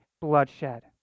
bloodshed